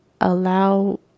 allow